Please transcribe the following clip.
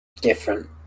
different